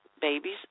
babies